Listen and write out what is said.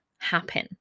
happen